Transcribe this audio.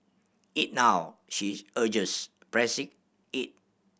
eat now she urges pressing it